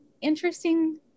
interesting